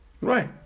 Right